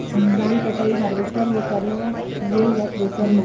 धान कटाई हारवेस्टर म करना ये या थ्रेसर म?